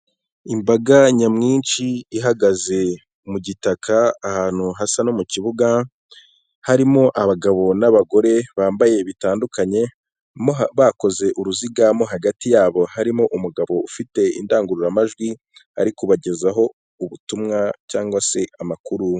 Imbaga nyamwinshi ihagaze mu gitaka ahantu hasa no mu kibuga, harimo abagabo n'abagore bambaye bitandukanye bakoze uruzigamo mo hagati yabo harimo umugabo ufite indangururamajwi ari kubagezaho ubutumwa cyangwa se amakuru.